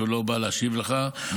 שלא בא להשיב לך,